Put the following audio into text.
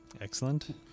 Excellent